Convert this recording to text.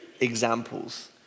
examples